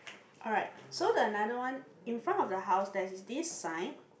alright so the another one in front of the house there's this sign